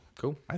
Cool